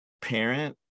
parent